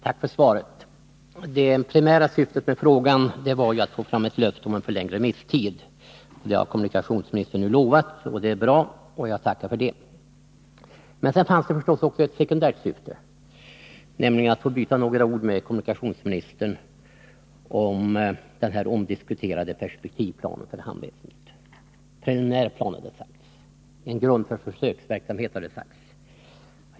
Herr talman! Jag tackar kommunikationsministern för svaret. Det primära syftet med frågan var naturligtvis att få ett löfte om förlängd remisstid. Ett sådant har kommunikationsministern nu givit. Det är bra, och jag tackar för det. Men det fanns också ett sekundärt syfte med frågan, nämligen att få byta några ord med kommunikationsministern om den omdiskuterade perspektivplanen för hamnväsendet. Det är en preliminär plan och en grund för försöksverksamhet, har det sagts.